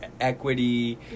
equity